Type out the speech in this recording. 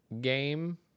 game